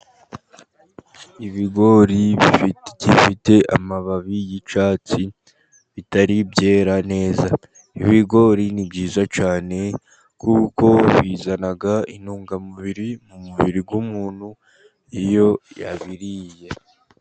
Ibigori bigifite amababi y'icyatsi bitari byera neza. Ibigori ni byiza cyane kuko bizana intungamubiri mu mubiri w'umuntu iyo yabiriye.